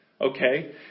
Okay